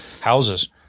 houses